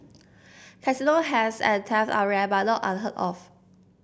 casino heist and theft are rare but not unheard of